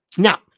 Now